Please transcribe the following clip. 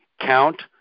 count